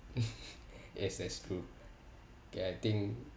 yes that's true kay I think